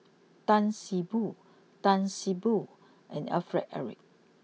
Tan see Boo Tan see Boo and Alfred Eric